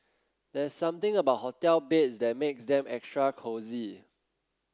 there's something about hotel beds that makes them extra cosy